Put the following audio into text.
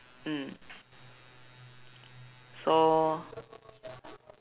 um so